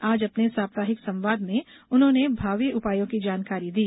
आज अपने साप्ताहिक संवाद में उन्होंने भावी उपायों की जानकारी दी